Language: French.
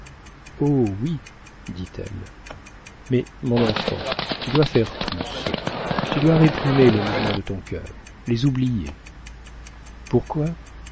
oh oui dit-elle mais mon enfant tu dois faire plus tu dois réprimer les mouvements de ton cœur les oublier pourquoi